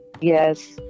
yes